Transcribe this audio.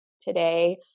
today